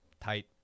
tight